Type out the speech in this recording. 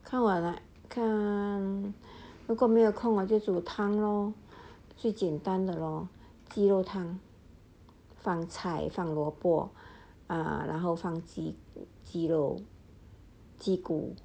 看我 like 看如果没有空我就煮汤 lor 最简单的 lor 鸡肉汤放菜萝卜然后放鸡肉鸡骨